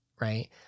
right